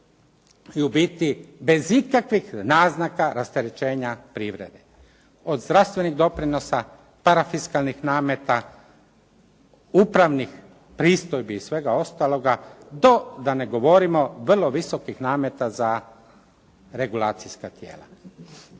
i u biti bez ikakvih naznaka rasterećenja privrede, od zdravstvenih doprinosa, parafiskalnih nameta, upravnih pristojbi i svega ostaloga do da ne govorimo vrlo visokih nameta za regulacijska tijela.